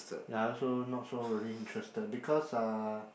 ya I also not so really interested because uh